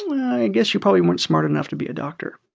i guess you probably weren't smart enough to be a doctor